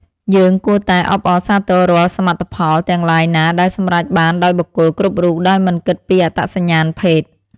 យើងគួរតែអបអរសាទររាល់សមិទ្ធផលទាំងឡាយណាដែលសម្រេចបានដោយបុគ្គលគ្រប់រូបដោយមិនគិតពីអត្តសញ្ញាណភេទ។